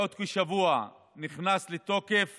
בעוד כשבוע נכנסת לתוקף